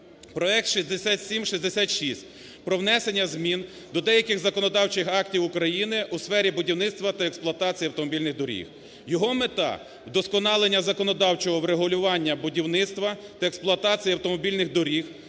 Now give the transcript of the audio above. Проект (6766) про внесення змін до деяких законодавчих актів України у сфері будівництва та експлуатації автомобільних доріг. Його мета: вдосконалення законодавчого врегулювання будівництва та експлуатація автомобільних доріг